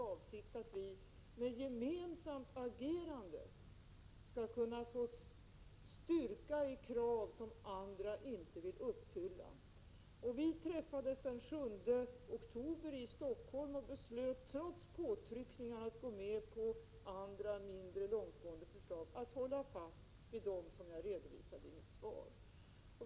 Avsikten är att vi med ett gemensamt agerande skall kunna få styrka bakom krav som andra inte vill uppfylla. Vi träffades den 7 oktober i Stockholm och beslöt trots påtryckningar om att gå med på mindre långtgående krav att hålla fast vid dem som jag redovisat i mitt svar.